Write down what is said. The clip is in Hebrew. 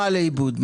מה לאיבוד?